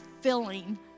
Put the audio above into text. filling